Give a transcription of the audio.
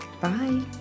Bye